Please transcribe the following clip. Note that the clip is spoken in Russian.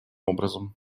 образом